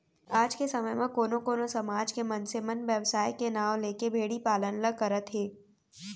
आज के समे म कोनो कोनो समाज के मनसे मन बेवसाय के नांव लेके भेड़ी पालन ल करत हें